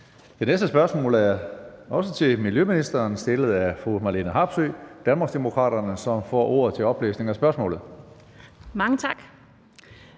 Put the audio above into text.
Det næste spørgsmål er også til miljøministeren, stillet af fru Marlene Harpsøe, Danmarksdemokraterne, som jeg nu giver ordet. Kl.